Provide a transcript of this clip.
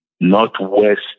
Northwest